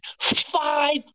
five